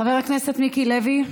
חבר הכנסת מיקי לוי,